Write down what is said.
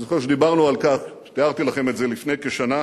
אני זוכר שדיברנו על כך כשתיארתי לכם את זה לפני כשנה.